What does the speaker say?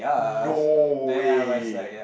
no way